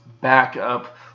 backup